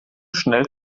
schnell